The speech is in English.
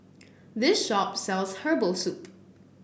this shop sells Herbal Soup